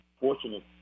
fortunate